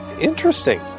interesting